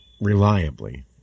reliably